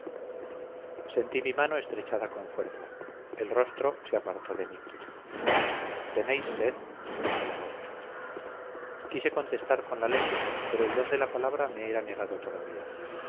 sentí mi mano estrechada con fuerza el rostro se apartó de mí tenéis sed dijo la voz quise contestar con la lengua pero el don de la palabra me era negado todavía